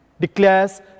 declares